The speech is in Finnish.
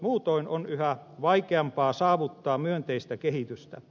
muutoin on yhä vaikeampaa saavuttaa myönteistä kehitystä